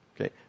okay